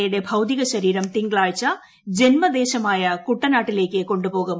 എയുടെ ഭൌതിക ശരീരം തിങ്കളാഴ്ച ജന്മദേശമായ കുട്ടനാട്ടിലേയ്ക്ക് കൊണ്ടുപോകും